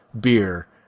beer